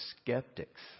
skeptics